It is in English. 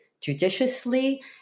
judiciously